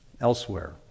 elsewhere